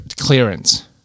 Clearance